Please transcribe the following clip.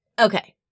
Okay